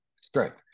strength